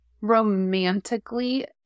romantically